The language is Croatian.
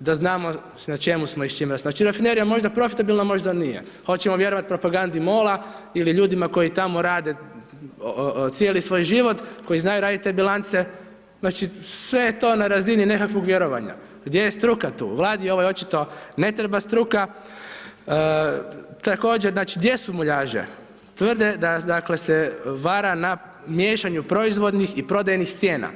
da znamo na čemu smo i s čime, znači je rafinerija profitabilna, možda nije, hoćemo vjerovati propagandi MOL-a ili ljudima koji tamo rade cijeli svoj život, koji znaju raditi te bilance, znači sve je to na razini nekakvog vjerovanja, gdje je struka tu, Vladi ovoj očito ne treba struka, također, znači svije su muljaže, tvrde da dakle se vara na miješanju proizvodnih i prodajnih cijena.